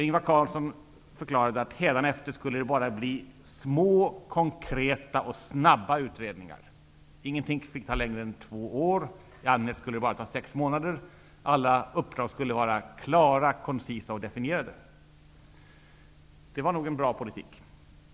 Ingvar Carlsson förklarade att det hädanefter skulle bli bara små, konkreta och snabba utredningar. Ingen utredning fick ta längre tid än två år. I allmänhet skulle en utredning ta bara sex månader. Alla uppdrag skulle vara klara, koncisa och definierade. Det var nog en bra politik.